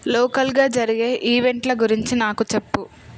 లోకల్గా జరిగే ఈవెంట్ల గురించి నాకు చెప్పు